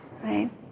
right